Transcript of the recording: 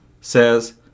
says